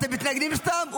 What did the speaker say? אתם מתנגדים סתם?